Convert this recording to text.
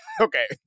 okay